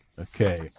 Okay